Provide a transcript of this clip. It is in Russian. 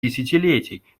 десятилетий